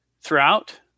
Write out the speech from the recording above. throughout